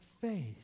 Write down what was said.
faith